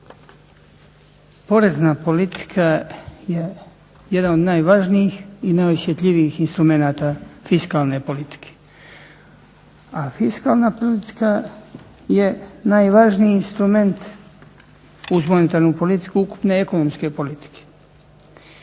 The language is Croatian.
Porezna politika je jedan od najvažnijih i najosjetljivijih instrumenata fiskalne politike, a fiskalna politika je najvažniji instrument uz monetarnu politiku ukupne ekonomske politike.